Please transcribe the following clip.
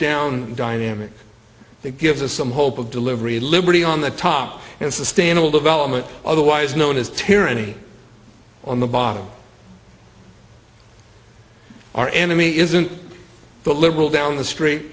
down dynamic that gives us some hope of delivery liberty on the top and sustainable development otherwise known as tyranny on the bottom our enemy isn't the liberal down the street